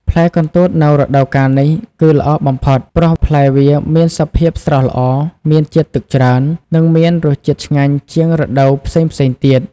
ផ្លែកន្ទួតនៅរដូវកាលនេះ គឺល្អបំផុត ព្រោះផ្លែវាមានសភាពស្រស់ល្អ មានជាតិទឹកច្រើន និងមានរសជាតិឆ្ងាញ់ជាងរដូវផ្សេងៗទៀត។